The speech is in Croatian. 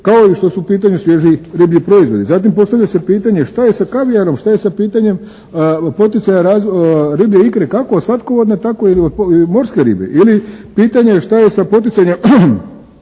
kao i što su u pitanju svježi riblji proizvodi. Zatim postavlja se pitanje šta je sa kavijarom, šta je sa pitanjem poticaja riblje ikre kako slatkovodne tako i morske ribe ili pitanje šta je sa poticanjem